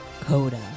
Coda